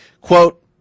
Quote